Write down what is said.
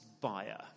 buyer